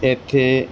ਇੱਥੇ